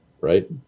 right